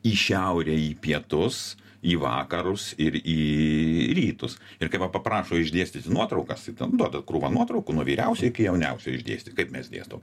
į šiaurę į pietus į vakarus ir į rytus ir kaip va paprašo išdėstyti nuotraukas ir ten duoda krūvą nuotraukų nuo vyriausio iki jauniausio išdėstyt kaip mes dėstom